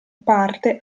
parte